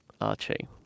Archie